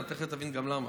אתה תכף תבין גם למה.